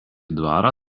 dvarą